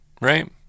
right